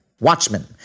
Watchmen